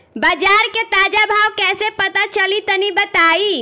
बाजार के ताजा भाव कैसे पता चली तनी बताई?